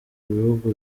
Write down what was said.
bihugu